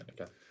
okay